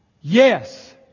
Yes